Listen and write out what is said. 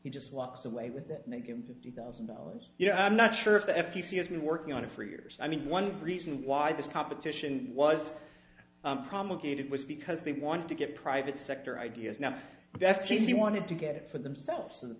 he just walks away with it make him fifty thousand dollars you know i'm not sure if the f t c has been working on it for years i mean one reason why this competition was promulgated was because they wanted to get private sector ideas now the f t c wanted to get it for themselves so that